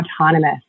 autonomous